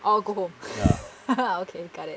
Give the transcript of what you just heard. all go home okay got it